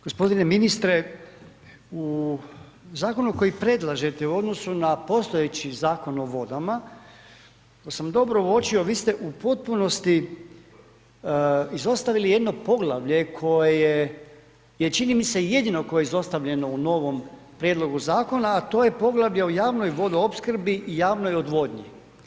G. ministre, u zakonu koji predlažete u odnosu na postojeći Zakon o vodama, ako sam dobro uočio, vi ste u potpunosti izostavili jedno poglavlje koje je čini mi se jedino koje je izostavljeno u novom prijedlogu zakona a to je poglavlje o javnoj vodoopskrbi i javnoj odvodnji.